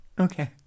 Okay